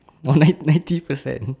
one night ninety percent